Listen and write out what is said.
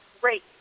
great